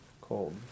Cold